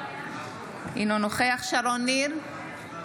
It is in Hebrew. אינו נוכח שרון ניר,